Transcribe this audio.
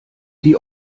die